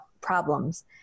problems